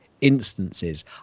instances